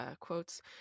quotes